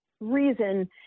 reason